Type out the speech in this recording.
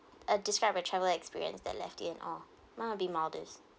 uh describe a travel experience that left in awe mine would be maldives